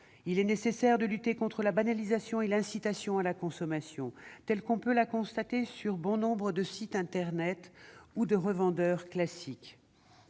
Il est nécessaire de lutter contre la banalisation et l'incitation à la consommation que nous pouvons constater sur bon nombre de sites internet ou chez des revendeurs classiques.